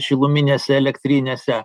šiluminėse elektrinėse